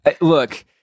Look